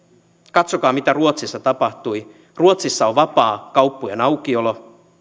katsokaa mitä ruotsissa tapahtui ruotsissa on vapaa kauppojen aukiolo